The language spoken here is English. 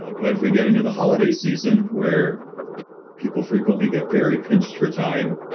ah but if we get into the holiday season where people frequently get very pinched for time,